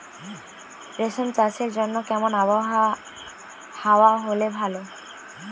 রেশম চাষের জন্য কেমন আবহাওয়া হাওয়া হলে ভালো?